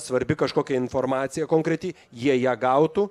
svarbi kažkokia informacija konkreti jie ją gautų